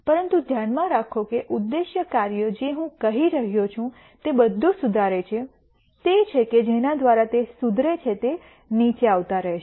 પરંતુ ધ્યાનમાં રાખો કે ઉદ્દેશીય કાર્ય જે હું કહી રહ્યો છું તે બધું સુધારે છે તે તે છે કે જેના દ્વારા તે સુધરે છે તે નીચે આવતા રહેશે